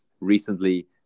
recently